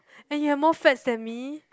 and you have more fats than me